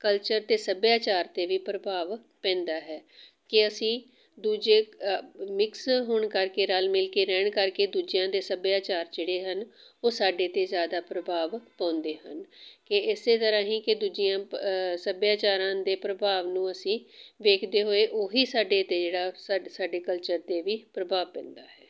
culture 'ਤੇ ਸੱਭਿਆਚਾਰ 'ਤੇ ਵੀ ਪ੍ਰਭਾਵ ਪੈਂਦਾ ਹੈ ਕਿ ਅਸੀਂ ਦੂਜੇ ਅ ਮਿਕਸ ਹੋਣ ਕਰਕੇ ਰਲ ਮਿਲ ਕੇ ਰਹਿਣ ਕਰਕੇ ਦੂਜਿਆਂ ਦੇ ਸੱਭਿਆਚਾਰ ਜਿਹੜੇ ਹਨ ਉਹ ਸਾਡੇ 'ਤੇ ਜ਼ਿਆਦਾ ਪ੍ਰਭਾਵ ਪਾਉਂਦੇ ਹਨ ਕਿ ਇਸ ਤਰ੍ਹਾਂ ਹੀ ਕਿ ਦੂਜੀਆਂ ਭ ਸੱਭਿਆਚਾਰਾਂ ਦੇ ਪ੍ਰਭਾਵ ਨੂੰ ਅਸੀਂ ਦੇਖਦੇ ਹੋਏ ਉਹ ਹੀ ਸਾਡੇ 'ਤੇ ਜਿਹੜਾ ਸਾ ਸਾਡੇ 'ਤੇ ਵੀ ਪ੍ਰਭਾਵ ਪੈਂਦਾ ਹੈ